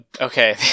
okay